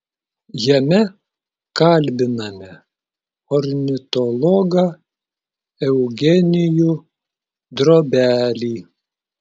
jame kalbiname ornitologą eugenijų drobelį